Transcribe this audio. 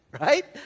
Right